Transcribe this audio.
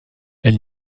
elle